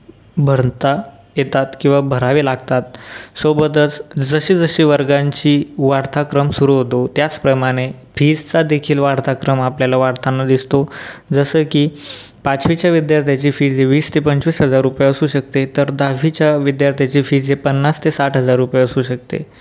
भरता येतात किंवा भरावे लागतात सोबतच जशी जशी वर्गांची वाढता क्रम सुरू होतो त्याचप्रमाणे फीज् चा देखील वाढता क्रम आपल्याला वाढताना दिसतो जसं की पाचवीच्या विद्यार्थ्याची फीज् वीस ते पंचवीस हजार रूपये असू शकते तर दहावीच्या विद्यार्थ्याची फीज् ही पन्नास ते साठ हजार रूपये असू शकते